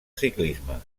ciclisme